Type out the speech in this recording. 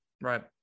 Right